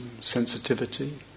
sensitivity